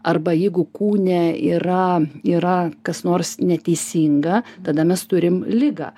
arba jeigu kūne yra yra kas nors neteisinga tada mes turim ligą